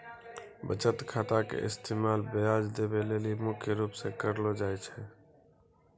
बचत खाता के इस्तेमाल ब्याज देवै लेली मुख्य रूप से करलो जाय छै